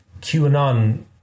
QAnon